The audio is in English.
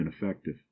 ineffective